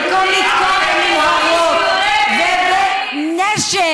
במקום להשקיע במנהרות ובנשק,